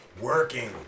working